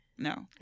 No